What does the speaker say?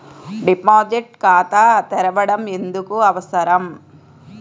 Deposit ఖాతా తెరవడం ఎందుకు అవసరం?